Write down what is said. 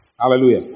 Hallelujah